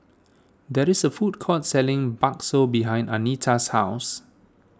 there is a food court selling Bakso behind Anita's house